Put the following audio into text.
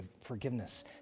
forgiveness